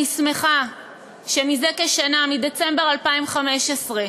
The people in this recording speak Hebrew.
אני שמחה שזה כשנה, מדצמבר 2015,